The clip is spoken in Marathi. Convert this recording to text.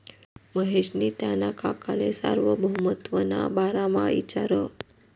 महेशनी त्याना काकाले सार्वभौमत्वना बारामा इचारं